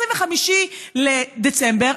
ב-25 בדצמבר,